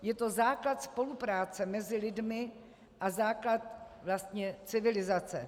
Je to základ spolupráce mezi lidmi a základ vlastně civilizace.